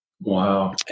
Wow